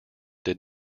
did